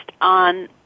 on